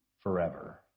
forever